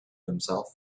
himself